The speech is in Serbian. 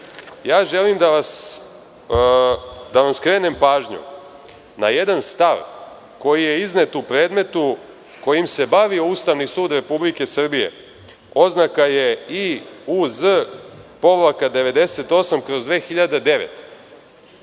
Želim da vam skrenem pažnju na jedan stav koji je iznet u predmetu kojim se bavio Ustavni sud Republike Srbije. Oznaka je IUZ–98/2009.